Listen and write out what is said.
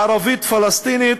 הערבית-פלסטינית,